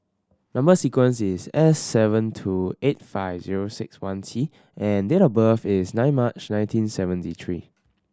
number sequence is S seven two eight five zero six one T and date of birth is nine March nineteen seventy three